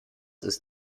ist